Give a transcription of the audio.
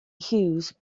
hughes